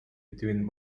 between